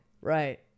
right